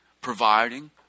providing